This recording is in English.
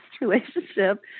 relationship